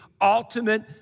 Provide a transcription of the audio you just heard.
ultimate